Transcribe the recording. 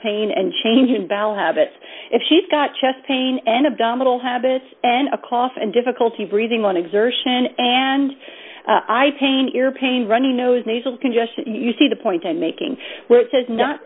pain and change in val habits if she's got chest pain and abdominal habits and a cough and difficulty breathing on exertion and i paint your pain runny nose nasal congestion you see the point i'm making where it says not